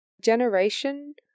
Generation